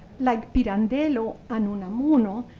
like pirandello and unamuno,